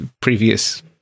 previous